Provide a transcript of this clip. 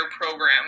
program